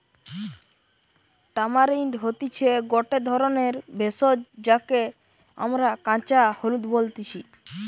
tamarind হতিছে গটে ধরণের ভেষজ যাকে আমরা কাঁচা হলুদ বলতেছি